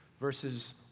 verses